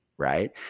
right